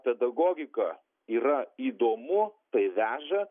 pedagogika yra įdomu tai veža